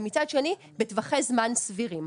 ומצד שני בטווחי זמן סבירים.